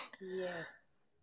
Yes